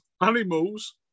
animals